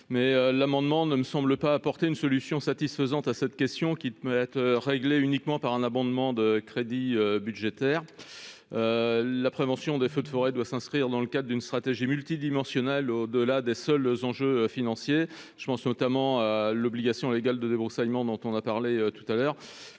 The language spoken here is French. Cet amendement ne semble pas apporter une solution satisfaisante à cette question, qui ne saurait être réglée par un abondement de crédits budgétaires. La prévention des feux de forêt doit s'inscrire dans le cadre d'une stratégie multidimensionnelle dépassant les seuls enjeux financiers. Je pense notamment aux obligations légales de débroussaillement ou à la définition d'une